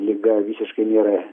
liga visiškai nėra